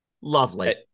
Lovely